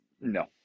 No